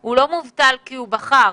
הוא לא מובטל כי הוא בחר,